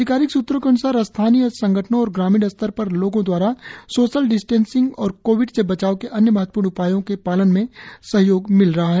अधिकारिक सूत्रों के अन्सार स्थानीय संगठनों और ग्रामीण स्तर पर लोगों द्वारा सोशल डिस्टेंसिंग और कोविड से बचाव के अन्य महत्वपूर्ण उपायों के पालन में सहयोग मिल रहा है